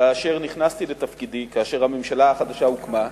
כאשר נכנסתי לתפקידי, כאשר הממשלה החדשה הוקמה,